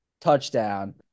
touchdown